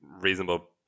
reasonable